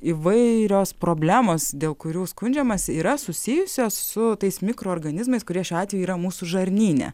įvairios problemos dėl kurių skundžiamasi yra susijusios su tais mikroorganizmais kurie šiuo atveju yra mūsų žarnyne